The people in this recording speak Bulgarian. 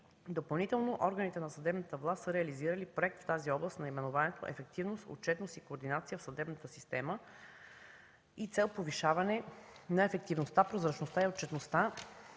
Допълнително органите на съдебната власт са реализирали проект в тази област с наименование „Ефективност, отчетност и координация в съдебната система” и цел – повишаване на ефективността, прозрачността и отчетността